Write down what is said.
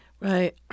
Right